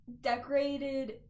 decorated